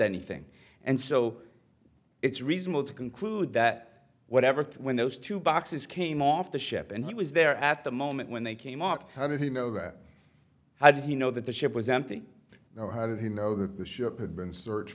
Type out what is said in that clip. anything and so it's reasonable to conclude that whatever when those two boxes came off the ship and he was there at the moment when they came up how did he know that how did he know that the ship was empty now how did he know that the ship had been searched